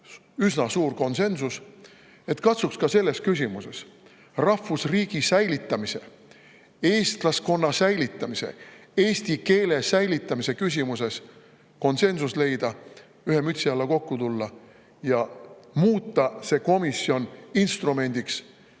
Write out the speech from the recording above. üsna suur konsensus –, ka selles küsimuses, rahvusriigi säilitamise, eestlaskonna säilitamise, eesti keele säilitamise küsimuses konsensuse leida, ühe mütsi alla kokku tulla ja muuta see komisjon instrumendiks,